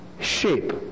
shape